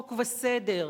חוק וסדר,